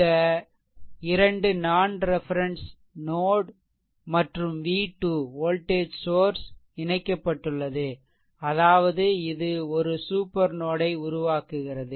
இந்த 2 non reference node மற்றும் v2 voltage source இணைக்கப்பட்டுள்ளதுஅதாவது இது ஒரு சூப்பர் நோட்யை உருவாக்குகிறது